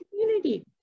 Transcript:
community